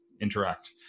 interact